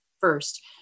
first